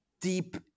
deep